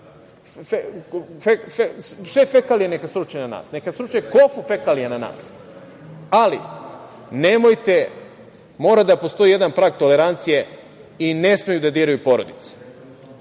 sve fekalije, neka sruče kofu fekalija na nas, ali nemojte, mora da postoji jedan prag tolerancije i ne smeju da diraju porodice.